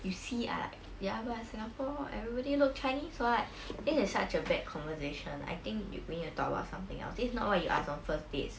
you see ah ya but I singapore [what] everybody look chinese [what] this is such a bad conversation I think you we need to talk about something else this is not what you ask on first dates